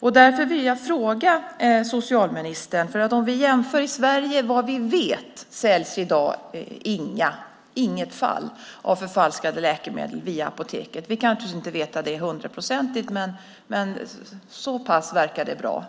Vad vi vet säljs i dag inga förfalskade läkemedel via Apoteket. Vi kan naturligtvis inte veta det hundraprocentigt, men så här långt verkar det bra.